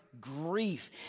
Grief